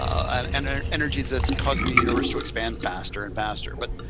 and and an energy that's causing the universe to expand faster and faster. but,